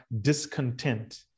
discontent